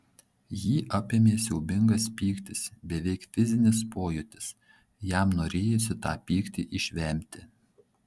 jį apėmė siaubingas pyktis beveik fizinis pojūtis jam norėjosi tą pyktį išvemti